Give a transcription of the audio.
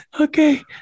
okay